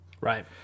right